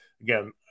again